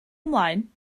ymlaen